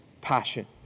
passion